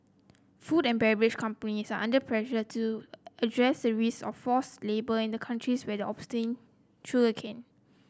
food and beverage companies are under pressure to address the risk of forced labour in the countries where they obtain sugarcane